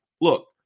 Look